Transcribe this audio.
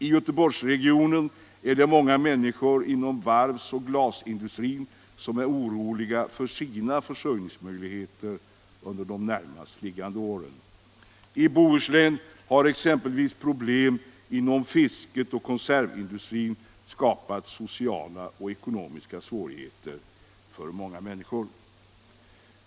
I Göteborgsregionen är många människor som arbetar inom varvs och glasindustrin oroliga för sina försörjningsmöjligheter under de närmast liggande åren. I Bohuslän har exempelvis problem inom fisket och konservindustrin skapat sociala och ekonomiska svårigheter för många människor.